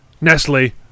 Nestle